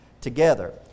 together